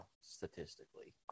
statistically